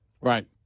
Right